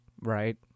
Right